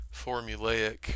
formulaic